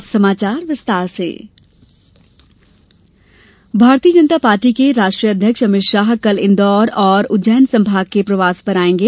अमित शाह भारतीय जनता पार्टी के राष्ट्रीय अध्यक्ष अमित शाह कल इंदौर और उज्जैन संभाग के प्रवास पर आयेंगे